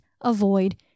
avoid